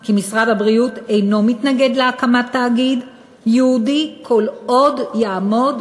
כי משרד הבריאות אינו מתנגד להקמת תאגיד ייעודי כל עוד הוא יעמוד,